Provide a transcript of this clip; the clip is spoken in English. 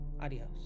adios